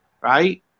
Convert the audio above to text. right